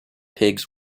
pigs